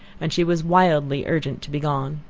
and she was wildly urgent to be gone.